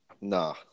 Nah